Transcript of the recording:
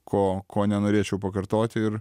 ko ko nenorėčiau pakartoti ir